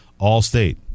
Allstate